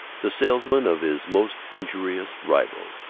the salesman of his most injurious rival,